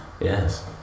Yes